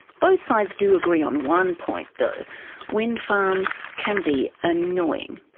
both sides do agree on one point though windfarms can be annoying.